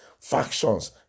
factions